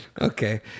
Okay